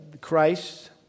Christ